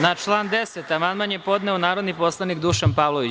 Na član 10. amandman je podneo narodni poslanik Dušan Pavlović.